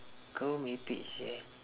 kau merepek sia